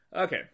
Okay